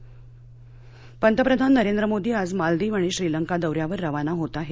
मोदी पंतप्रधान नरेंद्र मोदी आज मालदीव आणि श्रीलंका दौऱ्यावर रवाना होत आहेत